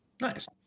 Nice